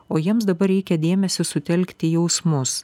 o jiems dabar reikia dėmesį sutelkti į jausmus